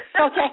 Okay